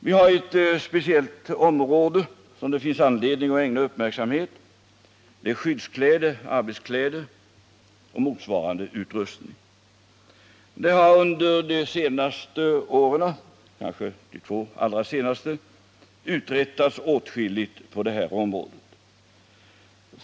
Vi har ett speciellt område som det finns anledning att ägna uppmärksamhet, nämligen skyddsoch arbetskläder och motsvarande utrustning. Under de senaste åren — kanske de två allra senaste — har det uträttats åtskilligt på det området.